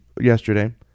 yesterday